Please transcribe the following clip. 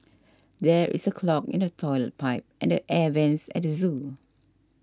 there is a clog in the Toilet Pipe and the Air Vents at the zoo